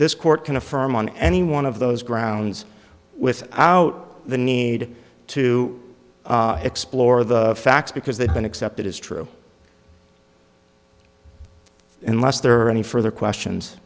this court can affirm on any one of those grounds with out the need to explore the facts because they've been accepted as true unless there are any further questions